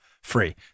free